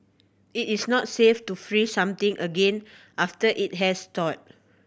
it is not safe to freeze something again after it has thawed